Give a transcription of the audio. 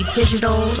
digital